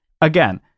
again